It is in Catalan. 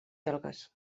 belgues